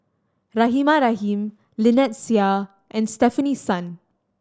Rahimah Rahim Lynnette Seah and Stefanie Sun